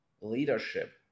leadership